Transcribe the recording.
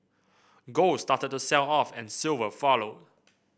gold started to sell off and silver followed